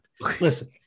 Listen